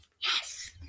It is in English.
Yes